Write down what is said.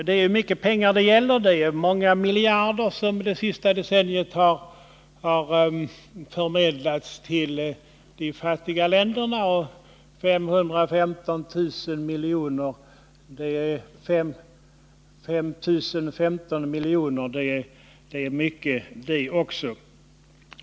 Det gäller mycket pengar, och det är många miljarder som under det senaste decenniet har förmedlats till de fattiga länderna. Även 5 015 milj.kr. är mycket pengar.